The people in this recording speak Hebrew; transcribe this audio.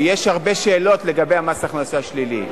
לא, יש הרבה שאלות לגבי מס הכנסה שלילי.